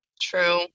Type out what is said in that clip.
True